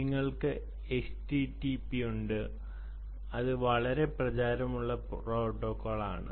നിങ്ങൾക്ക് എച്ച്ടിടിപി ഉണ്ട് അത് വളരെ പ്രചാരമുള്ള പ്രോട്ടോക്കോൾ ആണ്